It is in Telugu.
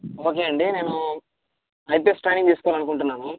ఓకే అండి నేను ఐపిఎస్ ట్రైనింగ్ తీసుకోవాలి అనుకుంటున్నాము